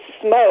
smoke